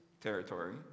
territory